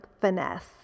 finesse